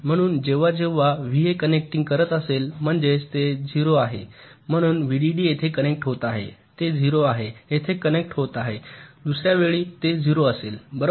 म्हणून जेव्हा जेव्हा व्हीए कनेकटिंग करत असेल म्हणजेच ते 0 आहे म्हणून व्हीडीडी येथे कनेक्ट होत आहे ते 0 आहे येथे कनेक्ट होत आहे दुसर्या वेळी ते 0 असेल बरोबर